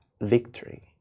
victory